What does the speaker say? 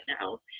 now